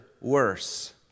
worse